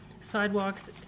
sidewalks